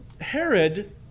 Herod